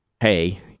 hey